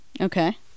Okay